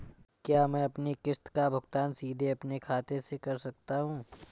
क्या मैं अपनी किश्त का भुगतान सीधे अपने खाते से कर सकता हूँ?